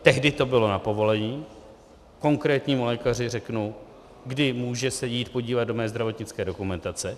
Tehdy to bylo na povolení, konkrétnímu lékaři řeknu, kdy může se jít podívat do mé zdravotnické dokumentace.